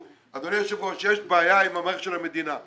אדוני היושב ראש, יש בעיה עם המערכת של המדינה.